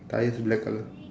tyre is black colour